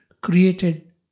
created